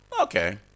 okay